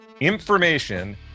Information